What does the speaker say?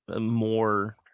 more